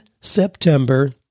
September